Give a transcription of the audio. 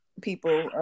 people